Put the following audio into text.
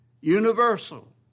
universal